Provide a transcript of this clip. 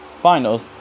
Finals